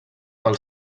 pel